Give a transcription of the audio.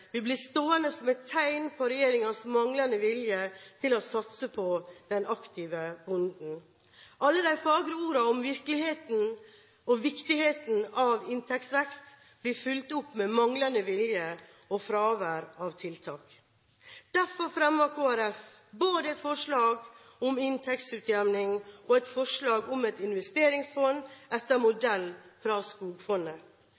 stående som et tegn på regjeringens manglende vilje til å satse på den aktive bonden. Alle de fagre ordene om virkeligheten og viktigheten av inntektsvekst blir fulgt opp med manglende vilje og fravær av tiltak. Derfor fremmer Kristelig Folkeparti både et forslag om inntektsutjevning og et forslag om et investeringsfond etter